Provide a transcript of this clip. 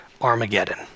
Armageddon